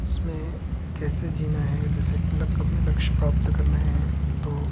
उसमें कैसे जीना है जैसे लक अपने लक्ष्य प्राप्त करने हैं तो